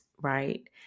right